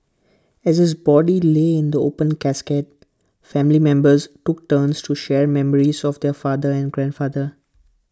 as his body lay in the open casket family members took turns to share memories of their father and grandfather